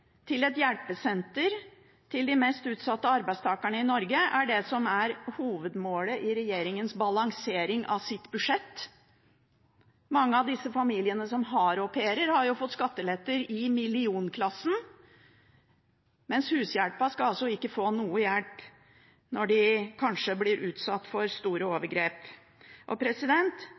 til et hjelpesenter for de mest utsatte arbeidstakerne i Norge er det som er hovedmålet i regjeringens balansering av sitt budsjett. Mange av familiene som har au pairer, har fått skatteletter i millionklassen, mens hushjelpen altså ikke skal få noen hjelp når de kanskje blir utsatt for store overgrep.